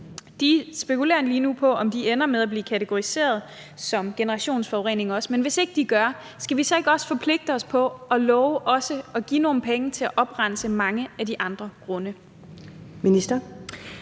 De spekulerer lige nu på, om de ender med at blive kategoriseret som generationsforurening. Men hvis ikke de gør, skal vi så ikke forpligte os på at love også at give nogle penge til at oprense mange af de andre grunde? Kl.